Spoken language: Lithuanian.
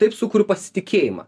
taip sukuriu pasitikėjimą